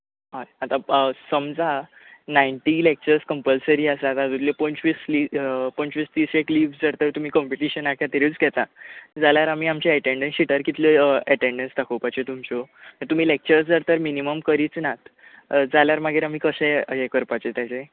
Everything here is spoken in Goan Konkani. आतां समजा नायन्टी लॅक्चर्स कम्पलसरी आसा तातुंतले पंचवीस लिव्हस पंचवीस दीस एक लिव्हस जर तुमी कोम्पिटीशीना खातीरूच घेता जाल्यार आमी आमच्या एटँडंस शिटार कितल्यो एटँडंस दाखोवपाच्यो तुमच्यो तुमी लॅक्चर जर तर मिनिमम करच नात जाल्यार मागीर आमी कशें हें करपाचें ताचें